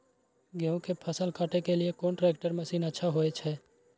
गेहूं के फसल काटे के लिए कोन ट्रैक्टर मसीन अच्छा होय छै?